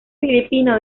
filipino